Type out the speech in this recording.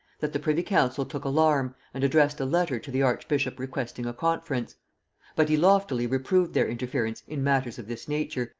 that the privy-council took alarm, and addressed a letter to the archbishop requesting a conference but he loftily reproved their interference in matters of this nature,